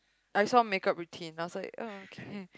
I saw make up routine and I was like oh okay